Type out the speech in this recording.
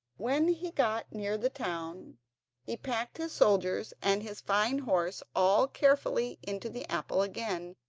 when he got near the town he packed his soldiers and his fine horse all carefully into the apple again,